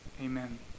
Amen